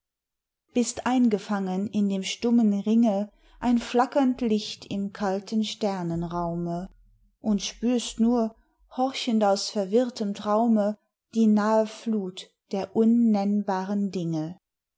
bist eingefangen in dem stummen ringe ein flackernd licht im kalten sternenraume und spürst nur horchend aus verwirrtem traume die nahe flut der unnennbaren dinge